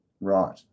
Right